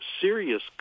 serious